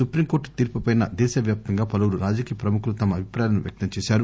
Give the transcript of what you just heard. supreme court తీర్పుపై దేశవ్యాప్తంగా పలువురు రాజకీయ ప్రముఖులు తమ అభిప్రాయాలను వ్యక్తంచేశారు